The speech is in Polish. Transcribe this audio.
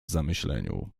zamyśleniu